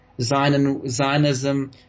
Zionism